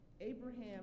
Abraham